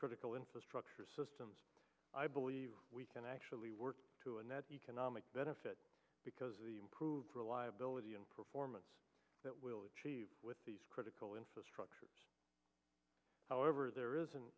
critical infrastructure systems i believe we can actually work to a net economic benefit because of the improve reliability and performance that we'll achieve with these critical infrastructure however there is an